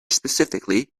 specifically